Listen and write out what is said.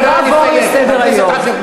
לא אעבור לסדר-היום.